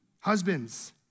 Husbands